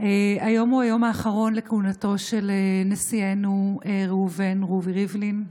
היום הוא היום האחרון לכהונתו של נשיאנו ראובן רובי ריבלין,